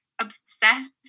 obsessed